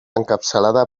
encapçalada